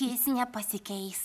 jis nepasikeis